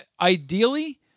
ideally